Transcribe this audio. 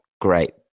great